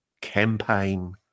campaign